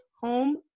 Home